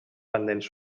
pendents